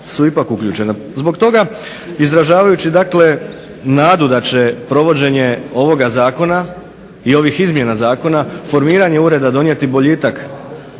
su ipak uključena. Zbog toga, izražavajući dakle nadu da će provođenje ovoga zakona i ovih izmjena zakona, formiranje ureda donijeti boljitak